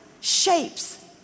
shapes